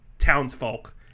townsfolk